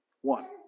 One